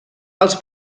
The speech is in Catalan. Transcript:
els